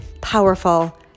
powerful